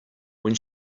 when